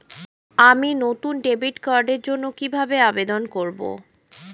আমি নতুন ডেবিট কার্ডের জন্য কিভাবে আবেদন করব?